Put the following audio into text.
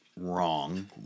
wrong